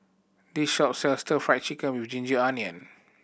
this shop sells Stir Fried Chicken with ginger onion